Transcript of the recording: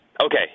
Okay